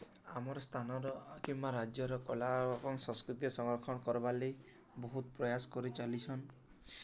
ଆମର୍ ସ୍ଥାନର କିମ୍ବା ରାଜ୍ୟର କଳା ଏବଂ ସଂସ୍କୃତି ସଂରକ୍ଷଣ କର୍ବାର୍ ଲାଗି ବହୁତ ପ୍ରୟାସ କରି ଚାଲିଛନ୍